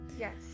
Yes